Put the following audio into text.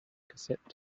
cassette